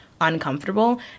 uncomfortable